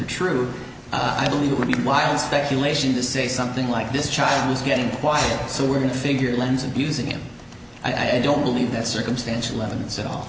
are true i believe it would be wild speculation to say something like this child is getting quite so we're going to figure it lends abusing him i don't believe that circumstantial evidence at all